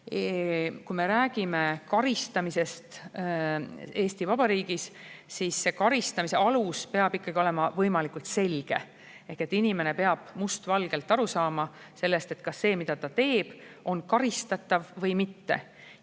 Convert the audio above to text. Me räägime karistamisest Eesti Vabariigis. Karistamise alus peab olema võimalikult selge ehk inimene peab must valgel aru saama, kas see, mida ta teeb, on karistatav või mitte.